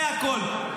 זה הכול.